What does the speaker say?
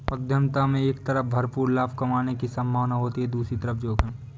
उद्यमिता में एक तरफ भरपूर लाभ कमाने की सम्भावना होती है तो दूसरी तरफ जोखिम